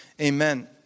Amen